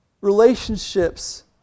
relationships